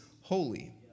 holy